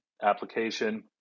Application